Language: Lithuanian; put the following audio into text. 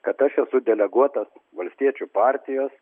kad aš esu deleguotas valstiečių partijos